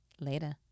Later